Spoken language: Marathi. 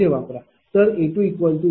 0111